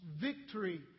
Victory